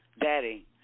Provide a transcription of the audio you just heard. Daddy